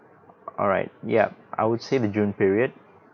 alright ya I would say the june period